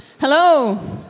Hello